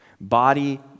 body